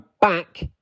back